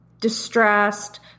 distressed